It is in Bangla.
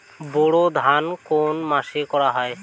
বোরো ধান কোন মাসে করা হয়?